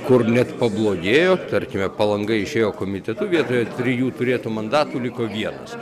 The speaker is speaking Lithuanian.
kur net pablogėjo tarkime palanga išėjo komitetu vietoje trijų turėtų mandatų liko vienas